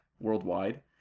worldwide